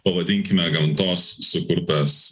pavadinkime gamtos sukurtas